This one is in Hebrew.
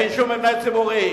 אין שום מבנה ציבורי.